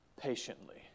patiently